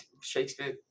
Shakespeare